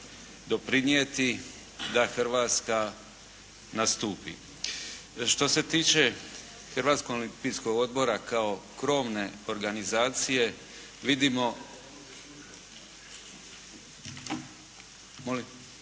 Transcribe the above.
doprinijeti da Hrvatska nastupi. Što se tiče Hrvatskog olimpijskog odbora kao krovne organizacije vidimo